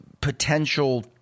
potential